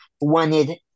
wanted